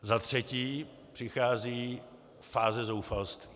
Za třetí přichází fáze zoufalství.